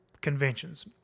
conventions